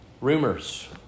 Rumors